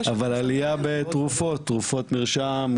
עליה בתרופות מרשם,